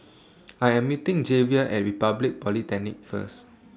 I Am meeting Javier At Republic Polytechnic First